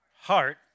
heart